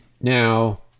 Now